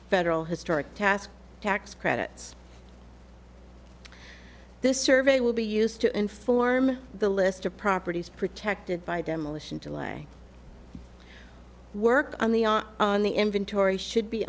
federal historic task tax credits this survey will be used to inform the list of properties protected by demolition to lay work on the are on the inventory should be